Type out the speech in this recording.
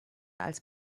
als